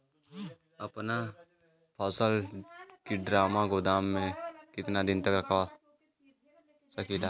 अपना फसल की ड्रामा गोदाम में कितना दिन तक रख सकीला?